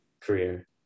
career